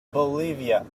bolivia